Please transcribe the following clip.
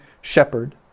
shepherd